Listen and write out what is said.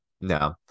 No